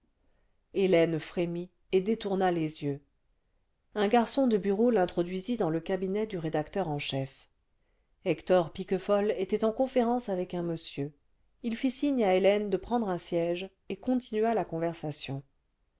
hélène frémit et détourna les yeux un garçon cle bureau l'introduisit dans le cabinet du rédacteur en chef hector piquefol était en conférence le romancier barigoul poussant son cri avec un monsieur il fît signe à hélène de prendre un siège et continua la conversation